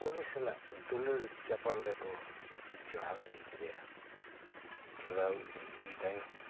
ᱩᱱᱤ ᱥᱟᱞᱟᱜ ᱫᱩᱞᱟᱹᱲ ᱪᱟᱯᱟᱞ ᱨᱮᱠᱚ ᱡᱚᱲᱟᱣ ᱤᱫᱤ ᱠᱮᱫᱮᱭᱟ ᱡᱚᱲᱟᱣ ᱤᱫᱤ ᱤᱫᱤ ᱛᱟᱭᱚᱢ